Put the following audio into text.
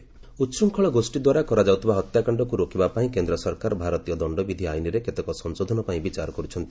ଗମେଣ୍ଟ lynch ଉଚ୍ଛୁଙ୍ଗଳ ଗୋଷ୍ଠୀ ଦ୍ୱାରା କରାଯାଉଥିବା ହତ୍ୟାକାଣ୍ଡକୁ ରୋକିବା ପାଇଁ କେନ୍ଦ୍ର ସରକାର ଭାରତୀୟ ଦଣ୍ଡବିଧି ଆଇନରେ କେତେକ ସଂଶୋଧନ ପାଇଁ ବିଚାର କରୁଛନ୍ତି